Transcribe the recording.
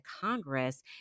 Congress